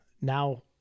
Now